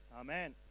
Amen